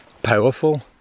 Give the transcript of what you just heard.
powerful